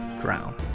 drown